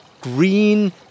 Green